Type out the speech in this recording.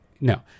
no